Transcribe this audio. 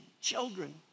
children